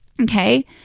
Okay